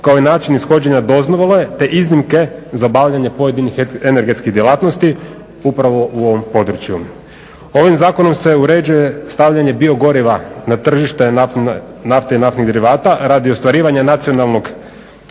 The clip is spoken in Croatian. kao i način ishođenja dozvole te iznimke za obavljanje pojedinih energetskih djelatnosti upravo u ovom području. Ovim zakonom se uređuje stavljanje biogoriva na tržište nafte i naftnih derivata radi ostvarivanja nacionalnog